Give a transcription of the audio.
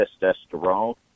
testosterone